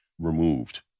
removed